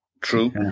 True